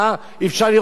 אפשר לראות את זה,